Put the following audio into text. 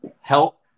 help